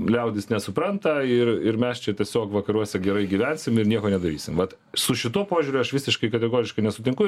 liaudis nesupranta ir ir mes čia tiesiog vakaruose gerai gyvensim ir nieko nedarysim vat su šituo požiūriu aš visiškai kategoriškai nesutinku